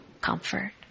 comfort